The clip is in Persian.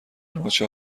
نوچه